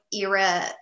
era